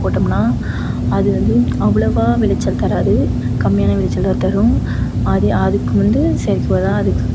போட்டோம்னா அது வந்து அவ்வளோவா விளைச்சல் தராது கம்மியான விளைச்சல் தான் தரும் அது அதுக்கு வந்து செயற்கை உரம் அதுக்கு